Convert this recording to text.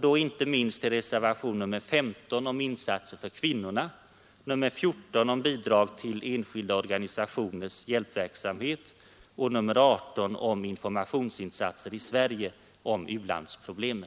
då inte minst till reservationerna nr 15 om insatser för kvinnorna, nr 14 om bidrag till enskilda organisationers hjälpverksamhet och nr 18 om informationsinsatser i Sverige om u-landsproblemen.